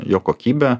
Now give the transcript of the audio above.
jo kokybė